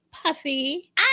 puffy